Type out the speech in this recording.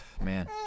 Man